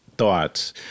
thoughts